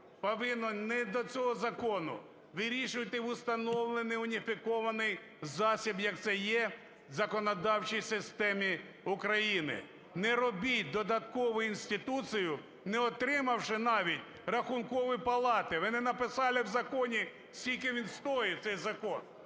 повинно не до цього закону, вирішувати в установлений, уніфікований засіб, як це є в законодавчій системі України. Не робіть додаткову інституцію, не отримавши навіть Рахункової палати, ви не написали в законі, скільки він стоїть цей закон…